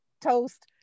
toast